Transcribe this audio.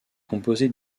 composé